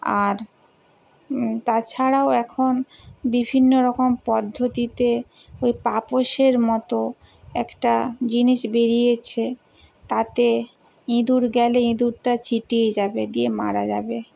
আর তাছাড়াও এখন বিভিন্ন রকম পদ্ধতিতে ওই পাপোশের মতো একটা জিনিস বেড়িয়েছে তাতে ইঁদুর গেলে ইঁদুরটা চিটিয়ে যাবে দিয়ে মারা যাবে